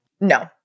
No